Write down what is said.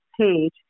page